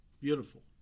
beautiful